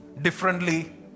differently